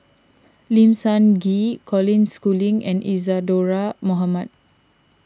Lim Sun Gee Colin Schooling and Isadhora Mohamed